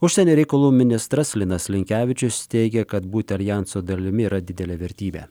užsienio reikalų ministras linas linkevičius teigė kad būti aljanso dalimi yra didelė vertybė